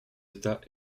états